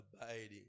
Abiding